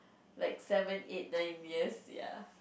like seven eight nine years ya